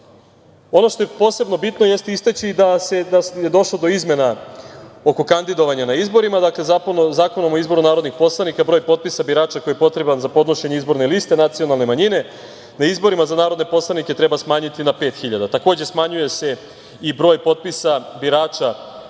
što je posebno bitno jeste istaći da je došlo do izmena oko kandidovanja na izbora. Zakonom o izboru narodnih poslanika, broj potpisa birača koji je potreban za podnošenje izborne liste nacionalne manjine, na izborima za narodne poslanike treba smanjiti na 5.000. Takođe, smanjuje se i broj potpisa birača